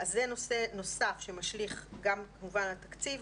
זה נושא נוסף שמשליך גם כמובן על התקציב,